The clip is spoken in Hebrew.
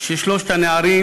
שלושת הנערים,